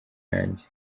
yanjye